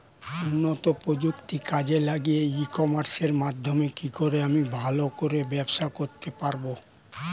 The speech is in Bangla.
উন্নত প্রযুক্তি কাজে লাগিয়ে ই কমার্সের মাধ্যমে কি করে আমি ভালো করে ব্যবসা করতে পারব?